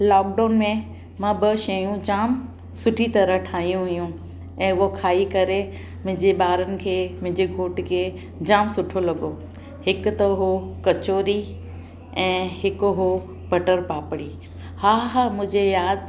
lockdown में मां ॿ शयूं जामु सुठी तरह ठाहियूं हुयूं ऐं उहा खाई करे मुंहिंजे ॿारनि खे मुंहिंजे घोट खे जामु सुठो लॻो हिकु त हो कचौरी ऐं हिकु हो बटर पापड़ी हा हा मुझे यादि